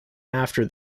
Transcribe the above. after